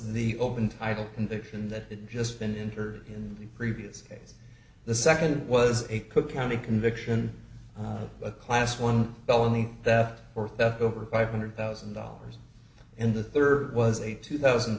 the open title conviction that just been injured in the previous case the second was a cook county conviction a class one felony theft or theft over five hundred thousand dollars and the third was a two thousand